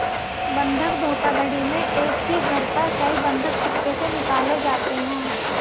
बंधक धोखाधड़ी में एक ही घर पर कई बंधक चुपके से निकाले जाते हैं